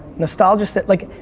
nostalgia sit. like,